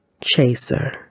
chaser